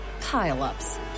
pile-ups